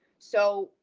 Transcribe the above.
so,